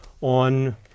on